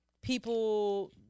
people